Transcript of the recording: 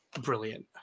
brilliant